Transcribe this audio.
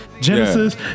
Genesis